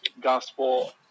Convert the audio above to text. gospel